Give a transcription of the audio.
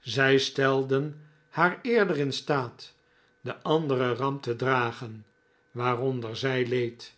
zij stelden haar eerder in staat de andere ramp te dragen waaronder zij leed